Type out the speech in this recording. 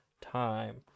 time